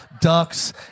Ducks